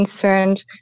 concerned